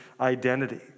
identity